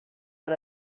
per